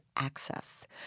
access